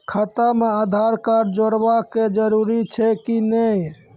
खाता म आधार कार्ड जोड़वा के जरूरी छै कि नैय?